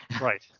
Right